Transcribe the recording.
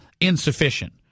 insufficient